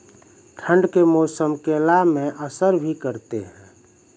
ठंड के मौसम केला मैं असर भी करते हैं?